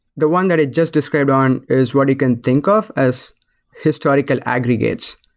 the one that i just described on is what you can think of as historical aggregates,